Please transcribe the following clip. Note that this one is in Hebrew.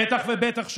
בטח ובטח שלא.